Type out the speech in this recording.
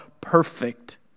perfect